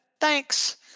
Thanks